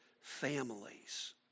families